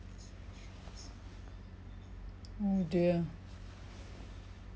oh dear